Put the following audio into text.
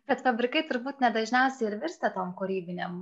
bet fabrikai turbūt ne dažniausiai ir virsta tom kūrybinėm